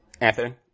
Anthony